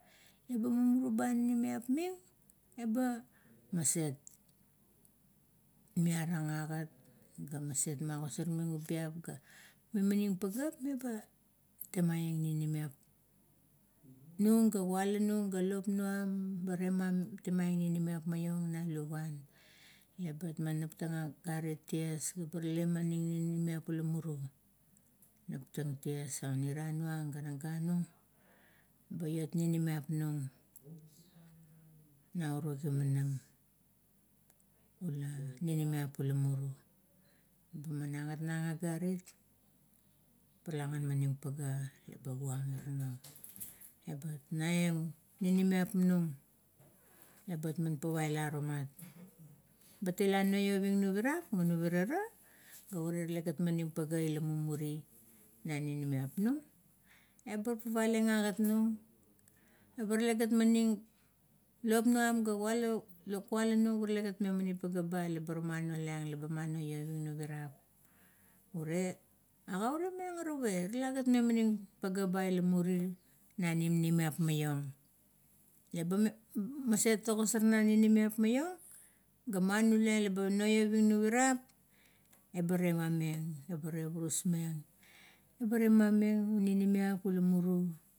Eba mumuru ba ninimiap ming eba maset, miarang agat gat maset magosar ming ubiap, ga mimanim pageap meba temaieng ninimiap nung ga kualanung, ga lop num ba tema, temaieng ninimiap maiong na luvuan, ebet man naptang agarit ties, ga rale maning ninimiap ula muru. Naptang ties ang ira nung ga naga nung, ba iot ninimiap nung nou uro gimana la ninimiap ula muru. Eba man agat nang agarit, talagan maning pagea, laba puang ira nuo. Eba naieng ninimiap nung, bet fafaila tomat, bet i la no loving nuvarap, ga muvara ra, ga rale gat maning pagea ila mumuri na ninimiap nang. Ebet fafale eng agat nung, eba talegat maning lop nung ga kula kualanung eba rale gat memaning pagea lebar manolang lama no iovang nuvaraf, ure a gaure meng ara oii, tagagat me maning pagea ba ila muri, na ninimiap ma iong, leba maset ogosar nang ninimiap maiong, ga ma nula laba noioving nuvarap, eba temaieng ga eba tevurus meng, eba tema-meng un ninimiap ula muru.